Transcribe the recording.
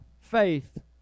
faith